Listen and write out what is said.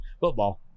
Football